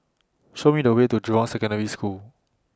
Show Me The Way to Jurong Secondary School